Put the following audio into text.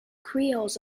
creoles